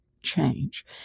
change